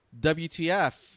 wtf